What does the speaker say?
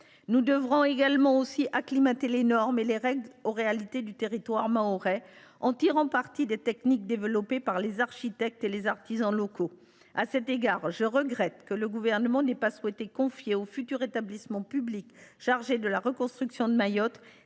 Nous devrons également acclimater les normes et les règles aux réalités du territoire mahorais, en tirant parti des techniques développées par les architectes et les artisans locaux. À cet égard, je regrette que le Gouvernement n’ait pas souhaité confier au futur établissement public chargé de la reconstruction de Mayotte